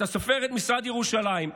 אתה סופר את משרד ירושלים,